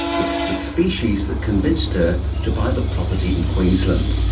it's the species that convinced her to buy the property in queensland.